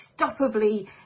unstoppably